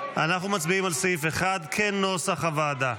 אנחנו מצביעים על סעיף 1 כנוסח הוועדה.